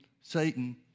Satan